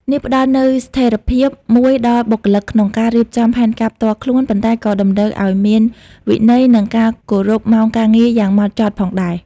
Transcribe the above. នេះផ្តល់នូវស្ថេរភាពមួយដល់បុគ្គលិកក្នុងការរៀបចំផែនការផ្ទាល់ខ្លួន ប៉ុន្តែក៏តម្រូវឱ្យមានវិន័យ និងការគោរពម៉ោងការងារយ៉ាងម៉ត់ចត់ផងដែរ។